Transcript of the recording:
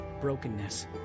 brokenness